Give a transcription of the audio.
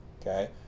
okay